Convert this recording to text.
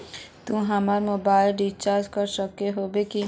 तू हमर mobile recharge कर सके होबे की?